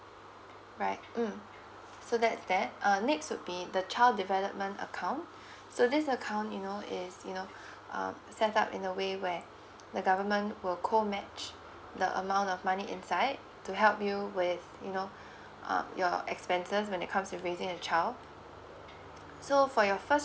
right mm so that's that uh next would be the child development account so this account you know is you know um set up in a way where the government will co match the amount of money inside to help you with you know um your expenses when it comes raising a child so for your first